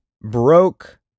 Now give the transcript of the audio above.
Broke